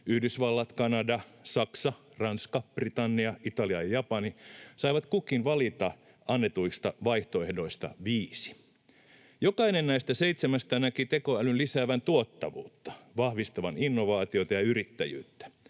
Yhdysvallat, Kanada, Saksa, Ranska, Britannia, Italia ja Japani saivat kukin valita annetuista vaihtoehdoista viisi. Jokainen näistä seitsemästä näki tekoälyn lisäävän tuottavuutta, vahvistavan innovaatioita ja yrittäjyyttä.